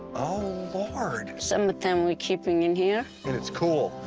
oh, lord! some thing we're keeping in here. and it's cool,